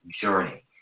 journey